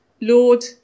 Lord